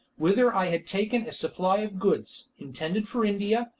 whither i had taken a supply of goods, intended for india,